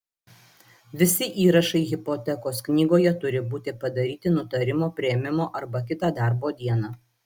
visi įrašai hipotekos knygoje turi būti padaryti nutarimo priėmimo arba kitą darbo dieną